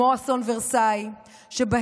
כמו